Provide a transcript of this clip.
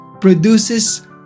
produces